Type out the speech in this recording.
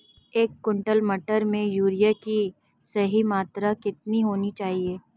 एक क्विंटल मटर में यूरिया की सही मात्रा कितनी होनी चाहिए?